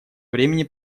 времени